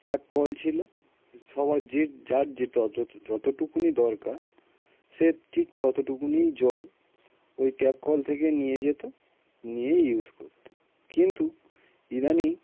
tap কল ছিলো সবার যে যার যতটুকু যতটুকুনি দরকার সে ঠিক ততটুকুনি জল ওই ট্যাপ কল থেকে নিয়ে যেত নিয়েই ইউস করত কিন্তু ইদানীং